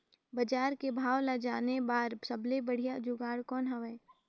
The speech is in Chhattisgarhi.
बजार के भाव ला जाने बार सबले बढ़िया जुगाड़ कौन हवय?